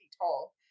tall